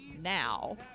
now